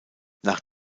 nach